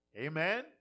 Amen